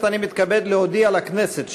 אני מתכבד להודיע לכנסת,